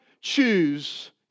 choose